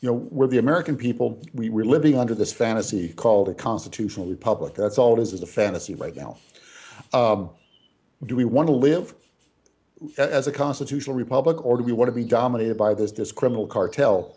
you know we're the american people we were living under this fantasy called a constitutional republic that's all it is is a fantasy right now do we want to live as a constitutional republic or do we want to be dominated by this this criminal